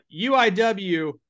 uiw